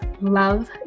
love